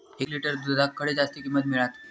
एक लिटर दूधाक खडे जास्त किंमत मिळात?